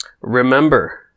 Remember